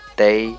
day